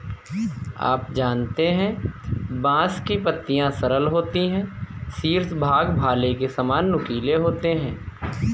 आप जानते है बांस की पत्तियां सरल होती है शीर्ष भाग भाले के सामान नुकीले होते है